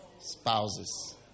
spouses